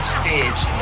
stage